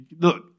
Look